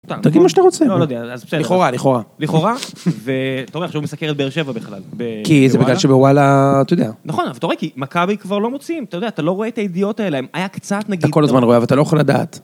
- סתם, תגיד מה שאתה רוצה - לא, לא יודע - לכאורה, לכאורה - לכאורה, ואתה אומר שהוא מסקר את באר שבע בכלל - כי זה בגלל שבוואלה אתה יודע - נכון, ואתה רואה כי מכבי כבר לא מוציאים, אתה לא רואה את הידיעות האלה, היה קצת נגיד - אתה כל הזמן רואה אבל אתה לא יכול לדעת.